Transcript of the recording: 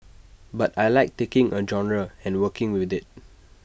but I Like taking A genre and working with IT